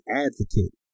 advocate